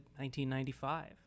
1995